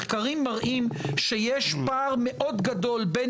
מחקרים מראים שיש פער מאוד גדול בין